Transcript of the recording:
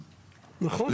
נכון.